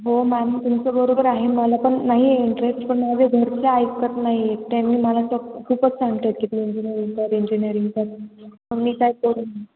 हो मॅम तुमचं बरोबर आहे मला पण नाही आहे इंटरेस्ट पण माझ्या घरचे ऐकत नाही आहेत त्यांनी मला तर खूपच सांगतात की तू इंजिनिअरिंग कर इंजिनिअरिंग तर मग मी काय करू